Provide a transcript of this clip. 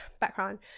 background